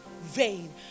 vain